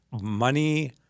Money